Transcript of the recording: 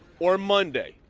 or monday,